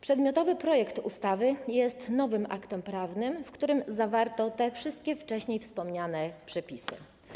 Przedmiotowy projekt ustawy jest nowym aktem prawnym, w którym zawarto te wszystkie wcześniej wspomniane przepisy.